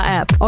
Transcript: app